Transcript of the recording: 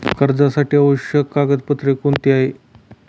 कर्जासाठी आवश्यक कागदपत्रे कोणती?